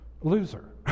loser